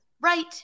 right